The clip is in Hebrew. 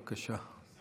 בבקשה.